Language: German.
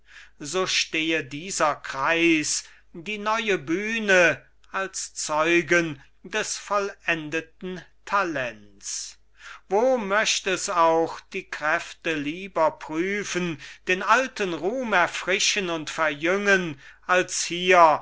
so stehe dieser kreis die neue bühne als zeugen des vollendeten talents wo möcht es auch die kräfte lieber prüfen den alten ruhm erfrischen und verjüngen als hier